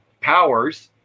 powers